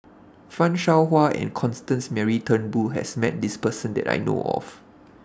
fan Shao Hua and Constance Mary Turnbull has Met This Person that I know of